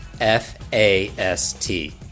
F-A-S-T